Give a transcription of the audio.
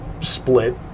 split